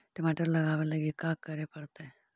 टमाटर लगावे लगी का का करये पड़तै?